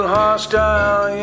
hostile